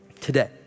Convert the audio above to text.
today